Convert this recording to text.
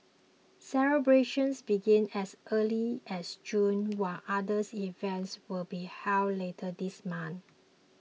celebrations began as early as June while others events will be held later this month